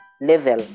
level